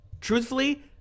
truthfully